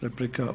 Replika.